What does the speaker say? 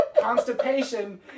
constipation